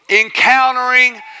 encountering